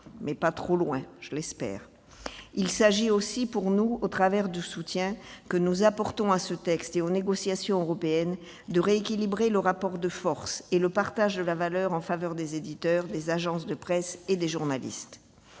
-dans un futur texte. Il s'agit aussi pour nous, au travers du soutien que nous apportons à cette proposition de loi et aux négociations européennes, de rééquilibrer le rapport de force et le partage de la valeur en faveur des éditeurs, des agences de presse et des journalistes.